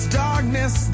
darkness